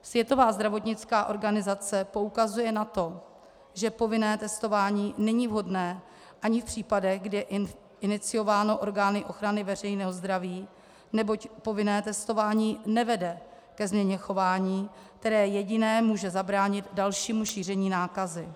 Světová zdravotnická organizace poukazuje na to, že povinné testování není vhodné ani v případech, kdy je iniciováno orgány ochrany veřejného zdraví, neboť povinné testování nevede ke změně chování, které jediné může zabránit dalšímu šíření nákazy.